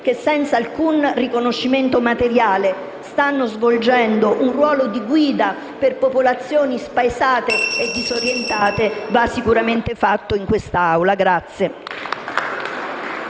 che, senza alcuna gratifica materiale, stanno svolgendo un ruolo di guida per popolazioni spaesate e disorientate va sicuramente fatto in quest'Assemblea.